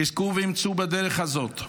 חזקו ואמצו בדרך הזאת,